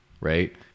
right